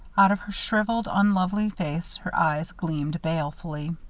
out of her shriveled, unlovely face her eyes gleamed balefully.